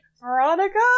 Veronica